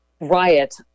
riot